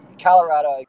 Colorado